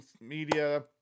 media